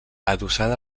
adossada